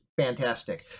fantastic